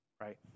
right